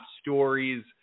stories